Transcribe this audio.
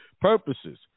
Purposes